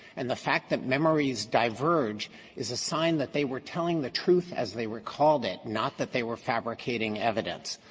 and the fact that memories diverge is a sign that they were telling the truth as they recalled it, not that they were fabricating evidence.